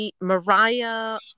Mariah